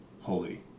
holy